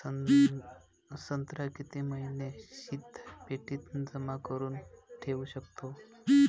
संत्रा किती महिने शीतपेटीत जमा करुन ठेऊ शकतो?